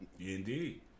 Indeed